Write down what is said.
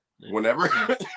whenever